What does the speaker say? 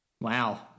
wow